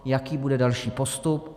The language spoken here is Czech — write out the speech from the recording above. Jaký bude další postup?